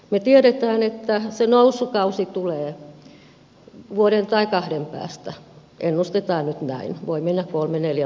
me tiedämme että se nousukausi tulee vuoden tai kahden päästä ennustetaan nyt näin voi mennä kolme neljä vuottakin